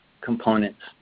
components